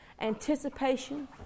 anticipation